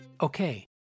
Okay